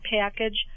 package